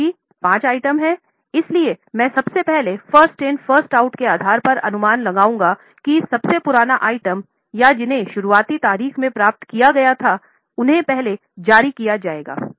चूँकि पाँच आइटम हैं इसलिए मैं सबसे पहले फर्स्ट इन फर्स्ट आउट के आधार पर अनुमान लगाऊंगा कि सबसे पुराना आइटम या जिन्हें शुरुआती तारीख में प्राप्त किया गया था उन्हें पहले जारी किया जाएगा